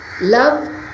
love